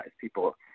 People